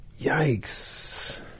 yikes